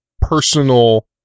personal